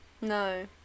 no